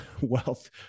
wealth